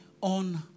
on